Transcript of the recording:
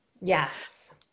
Yes